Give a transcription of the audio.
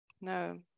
No